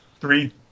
three